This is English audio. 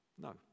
No